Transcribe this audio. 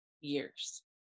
years